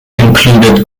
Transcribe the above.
included